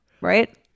right